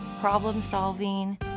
problem-solving